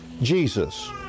Jesus